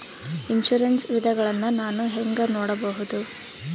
Insurance ವಿಧಗಳನ್ನ ನಾನು ಹೆಂಗ ನೋಡಬಹುದು?